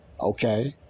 okay